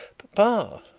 papa,